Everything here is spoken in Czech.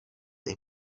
jich